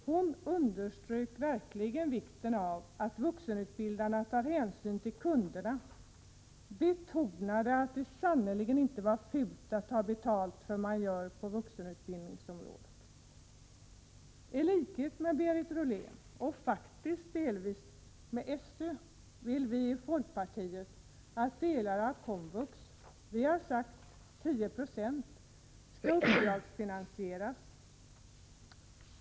Hon underströk verkligen vikten av att vuxenutbildarna tar hänsyn till kunderna, och hon betonade att det sannerligen inte är fult att ta betalt för vad man gör på vuxenutbildningsområdet. I likhet med Berit Rollén och faktiskt delvis SÖ vill vi i folkpartiet att delar av komvux — vi har sagt 10 96 — skall uppdragsfinansieras.